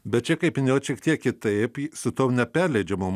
bet čia kaip minėjot šiek tiek kitaip su tom neperleidžiamom